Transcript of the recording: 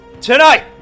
Tonight